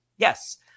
Yes